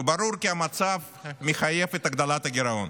ברור שהמצב מחייב את הגדלת הגירעון,